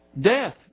death